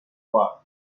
war